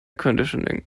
conditioning